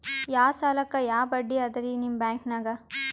ಯಾ ಸಾಲಕ್ಕ ಯಾ ಬಡ್ಡಿ ಅದರಿ ನಿಮ್ಮ ಬ್ಯಾಂಕನಾಗ?